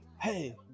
hey